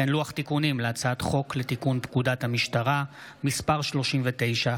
לוח תיקונים להצעת חוק לתיקון פקודת המשטרה (מס' 39),